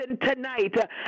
tonight